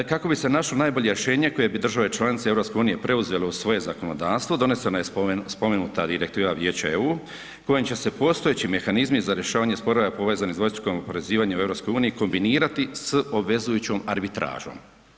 Kako bi se našlo najbolje rješenje koje bi države članice EU-a preuzele u svoje zakonodavstvo, donesena je spomenuta direktiva Vijeća EU kojim će se postojeći mehanizmi za rješavanje sporova povezanih s dvostrukim oporezivanjem u EU-u kombinirati s obvezujućom arbitražom.